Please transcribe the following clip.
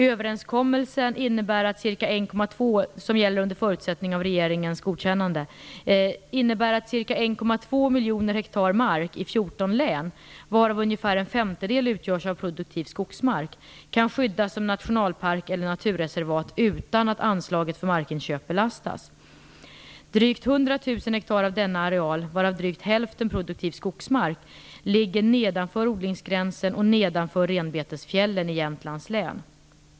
Överenskommelsen, som gäller under förutsättning av regeringens godkännande, innebär att ca 1,2 miljoner ha mark i 14 län, varav ungefär en femtedel utgörs av produktiv skogsmark, kan skyddas som nationalpark eller naturreservat utan att anslaget för markinköp belastas. Drygt 100 000 ha av denna areal. varav drygt hälften produktiv skogsmark, ligger nedanför odlingsgränsen nedanför renbetesfjällen i Jämtlands län.